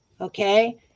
okay